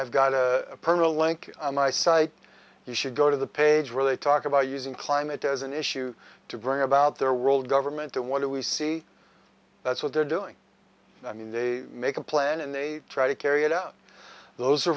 i've got a permit a link on my site you should go to the page where they talk about using climate as an issue to bring about their world government to what do we see that's what they're doing i mean they make a plan and they try to carry it out those are